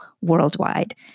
worldwide